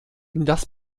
das